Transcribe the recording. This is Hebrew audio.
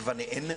לגווניהן.